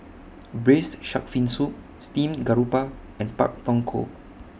Braised Shark Fin Soup Steamed Garoupa and Pak Thong Ko